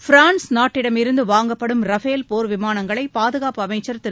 France நாட்டிடமிருந்து வாங்கப்படும் Rafale போர் விமானங்களை பாதுகாப்பு அமைச்சர் திரு